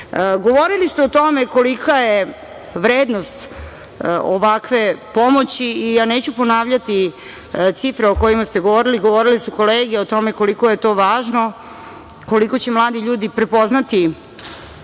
kako. Govorili ste o tome kolika je vrednost ovakve pomoći i ja neću ponavljati cifre o kojima ste govorili. Govorile su kolege o tome koliko je to važno, koliko će mladi ljudi prepoznati